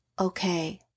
okay